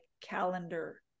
calendar